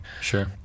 Sure